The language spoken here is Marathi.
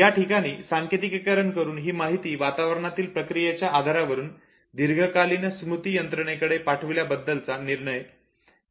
याठिकाणी सांकेतीकरण करून ही माहिती वातावरणातील प्रतिक्रियेच्या आधारावरून दीर्घकालीन स्मृती यंत्रणेकडे पाठविण्याबद्दलचा निर्णय